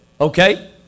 okay